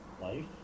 life